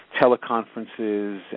teleconferences